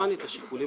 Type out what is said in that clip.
את השיקולים